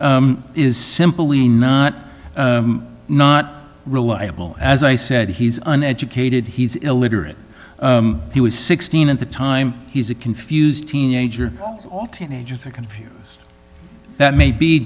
is simple we not not reliable as i said he's an educated he's illiterate he was sixteen at the time he's a confused teenager all teenagers are confuse that may be